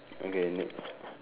okay next